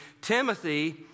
Timothy